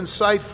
insightful